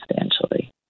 substantially